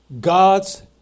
God's